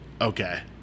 okay